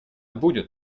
будет